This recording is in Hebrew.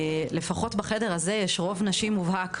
לפחות בחדר הזה יש רוב נשים מובהק,